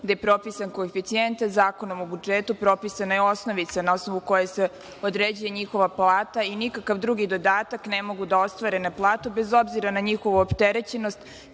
gde je propisan koeficijent. Zakonom o budžetu propisana je osnovica na osnovu koje se određuje njihova plata i nikakav drugi dodatak ne mogu da ostvare na platu bez obzira na njihovu opterećenost.